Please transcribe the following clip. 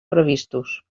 previstos